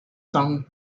song